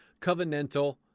covenantal